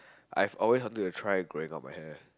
I've always wanted to try growing out my hair